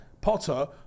Potter